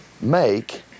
make